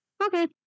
Okay